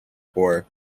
poor